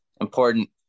important